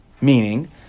Meaning